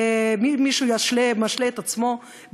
ומישהו משלה את עצמו,